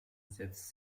setzt